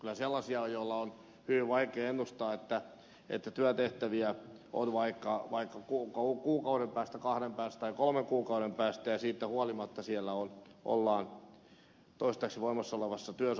kyllä sellaisia on joiden on hyvin vaikea ennustaa että työtehtäviä on vaikka kuukauden kahden tai kolmen kuukauden päästä ja siitä huolimatta siellä ollaan toistaiseksi voimassa olevalla työsopimuksella